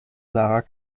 sarah